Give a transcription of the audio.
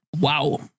Wow